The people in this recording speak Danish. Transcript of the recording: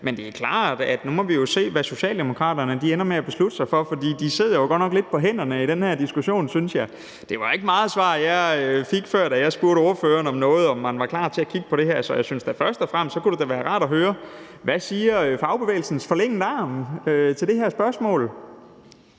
Men det er klart, at vi nu må se, hvad Socialdemokraterne ender med at beslutte sig for. For de sidder jo godt nok lidt på hænderne i den her diskussion, synes jeg; det var ikke meget svar, jeg fik før, da jeg spurgte ordføreren, om man var klar til at kigge på det her. Så jeg synes da først og fremmest, at det kunne være rart at høre, hvad fagbevægelsens forlængede arm siger til det her spørgsmål.